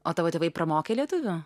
o tavo tėvai pramokę lietuvių